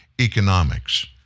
economics